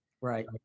Right